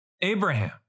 Abraham